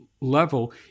level